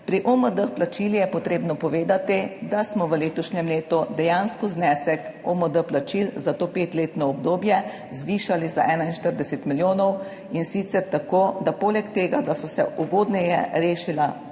Pri OMD plačilih je potrebno povedati, da smo v letošnjem letu dejansko znesek OMD plačil za to petletno obdobje zvišali za 41 milijonov, in sicer tako, da poleg tega, da so se ugodneje rešila točkovanje,